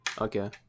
Okay